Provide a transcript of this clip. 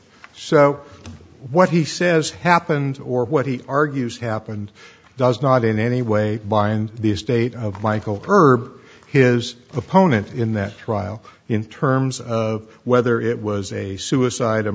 so what he says happened or what he argues happened does not in any way bind these state of michael per his opponent in that trial in terms of whether it was a suicide